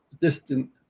distant